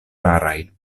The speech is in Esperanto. raraj